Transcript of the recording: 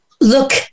look